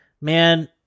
man